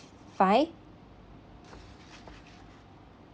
fine